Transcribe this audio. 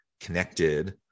connected